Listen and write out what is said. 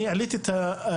לא, העליתי את הנושא